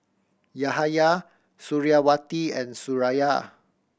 Yahaya Suriawati and Suraya